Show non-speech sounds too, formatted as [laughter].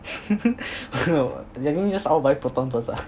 [laughs] I think just go buy a Proton first ah